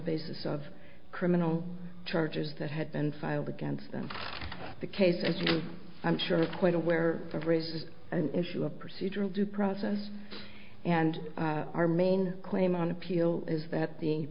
basis of criminal charges that had been filed against them the case as you i'm sure quite aware of raises an issue a procedural due process and our main claim on appeal is that the